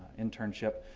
internship.